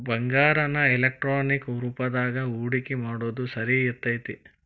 ಬಂಗಾರಾನ ಎಲೆಕ್ಟ್ರಾನಿಕ್ ರೂಪದಾಗ ಹೂಡಿಕಿ ಮಾಡೊದ್ ಸರಿ ಇರ್ತೆತಿ